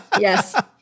Yes